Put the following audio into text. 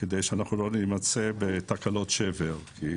כדי שאנחנו לא נימצא בתקלות שבר, כי